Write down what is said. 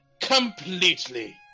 completely